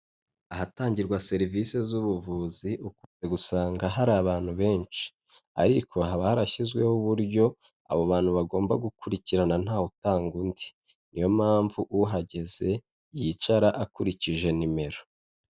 Ahatangirwa serivisi z'ubuvuzi usanga hari abantu benshi, ariko haba harashyizweho uburyo abo bantu bagomba gukurikirana nta wutanga undi, niyo mpamvu uhageze yicara akurikije nimero.